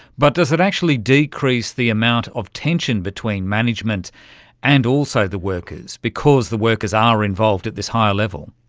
but does it actually decrease the amount of tension between management and also the workers because the workers are involved at this higher level?